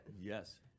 Yes